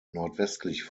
nordwestlich